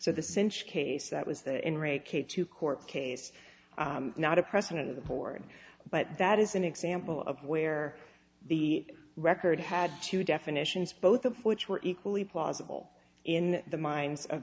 so the synch case that was that in re k to court case not a precedent of the board but that is an example of where the record had two definitions both of which were equally plausible in the minds of